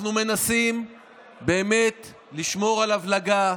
אנחנו מנסים לשמור על הבלגה,